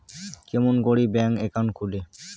কেমন করি bank account খুলে?